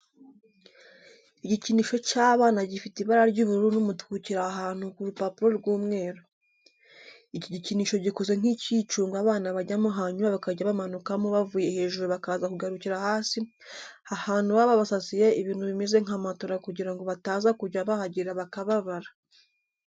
Igikinisho cy'abana gifite ibara ry'ubururu n'umutuku kiri ahantu ku rupapuro rw'umweru. Iki gikinisho gikoze nk'icyicungo abana bajyamo hanyuma bakajya bamanukamo bavuye hejuru bakaza kugarukira hasi ahantu baba babasasiye ibintu bimeze nka matora kugira ngo bataza kujya bahagera bakababara.